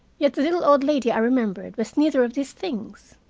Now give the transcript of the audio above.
yet the little old lady i remembered was neither of these things.